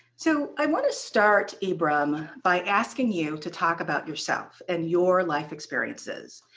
so i want to start, ibram, by asking you to talk about yourself and your life experiences.